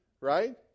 right